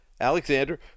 Alexander